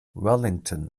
wellington